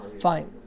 Fine